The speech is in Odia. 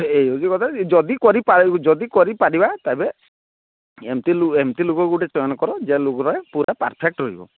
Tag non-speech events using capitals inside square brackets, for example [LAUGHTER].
ଏଇ ହେଉଛି କଥା ଯଦି କରିପାର ଯଦି କରିପାରିବା ତେବେ ଏମିତି ଲୋକ ଏମିତି ଲୋକ ଗୋଟିଏ ଚୟନ କର [UNINTELLIGIBLE] ଲୋକ ପୁରା ପରଫେକ୍ଟ ରହିବ